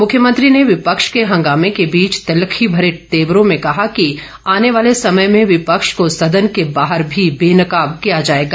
मुख्यमंत्री ने विपक्ष के हंगामे के बीच तल्खी भरे तेवरों में कहा कि आने वाले समय में विपक्ष को सदन के बाहर भी बेनकाब किया जाएगा